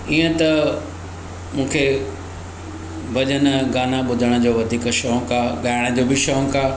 ईअं त मूंखे भॼन गाना ॿुधण जो वधीक शौंक़ु आहे ॻाइण जो बि शौंक़ु आहे